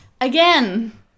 Again